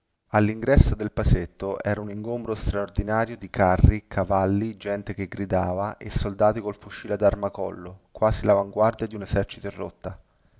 allingresso del paesetto era un ingombro straordinario di carri cavalli gente che gridava e soldati col fucile ad armacollo quasi lavanguardia di un esercito in rotta